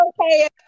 okay